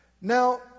Now